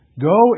go